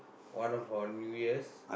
one of our New Years